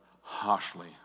harshly